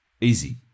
easy